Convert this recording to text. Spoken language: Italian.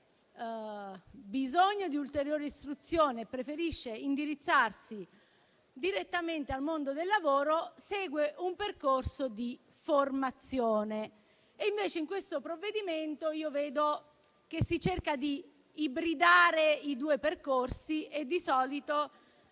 bisogno di ulteriore istruzione, e preferisce indirizzarsi direttamente al mondo del lavoro, segue un percorso di formazione. Nel provvedimento in esame, invece, vedo che si cerca di ibridare i due percorsi e di solito